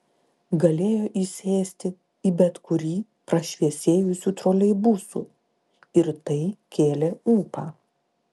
galėjo įsėsti į bet kurį prašviesėjusių troleibusų ir tai kėlė ūpą